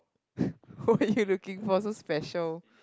what are you looking for so special